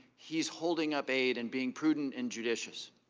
he is holding up aid and being prudent and judicious.